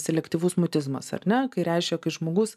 selektyvus mutizmas ar ne kai reiškia kai žmogus